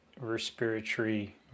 respiratory